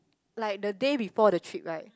like the day before the trip right